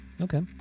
Okay